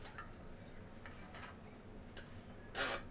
Z>